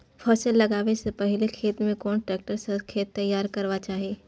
फसल लगाबै स पहिले खेत में कोन ट्रैक्टर स खेत तैयार करबा के चाही?